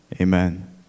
Amen